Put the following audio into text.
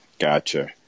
Gotcha